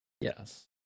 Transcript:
Yes